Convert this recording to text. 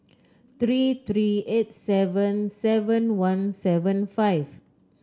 three three eight seven seven one seven five